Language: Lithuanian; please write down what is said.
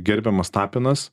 gerbiamas tapinas